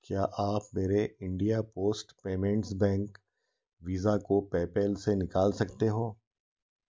क्या आप मेरे India post payments bank visa को पेपैल से निकाल सकते हो